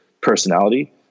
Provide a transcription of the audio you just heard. personality